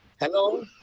Hello